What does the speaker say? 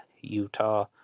Utah